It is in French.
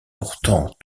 pourtant